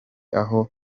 aho